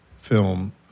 film